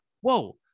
Whoa